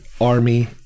army